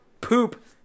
poop